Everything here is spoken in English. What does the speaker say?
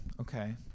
Okay